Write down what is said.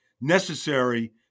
necessary